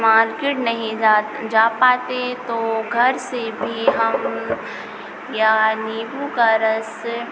market नहीं जा पाते तो घर से भी हम या नींबू का रस